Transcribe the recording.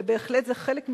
ובהחלט זה חלק מזה.